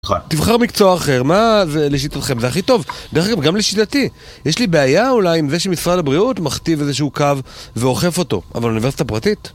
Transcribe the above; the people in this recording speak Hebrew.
תבחר מקצוע אחר, מה לשיטתכם זה הכי טוב, דרך אגב גם לשיטתי, יש לי בעיה אולי עם זה שמשרד הבריאות מכתיב איזשהו קו ואוכף אותו, אבל אוניברסיטה פרטית?